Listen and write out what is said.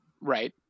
Right